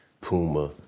Puma